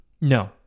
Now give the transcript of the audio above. No